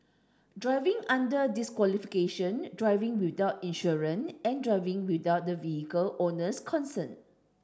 driving under disqualification driving without insurance and driving without the vehicle owner's consent